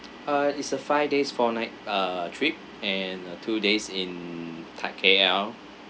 uh is a five days four nights uh trip and a two days in th~ K_L